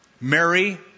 Mary